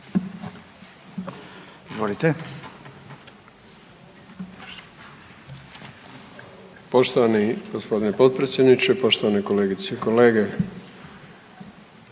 (SDSS)** Poštovani gospodine potpredsjedniče, poštovane kolegice i kolege,